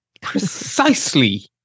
precisely